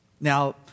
Now